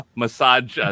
massage